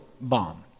bomb